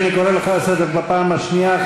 אני קורא אותך לסדר בפעם השנייה.